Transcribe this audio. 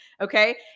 Okay